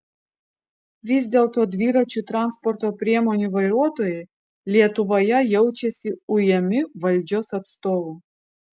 vis dėlto dviračių transporto priemonių vairuotojai lietuvoje jaučiasi ujami valdžios atstovų